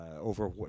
Over